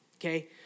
okay